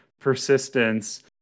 persistence